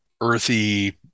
earthy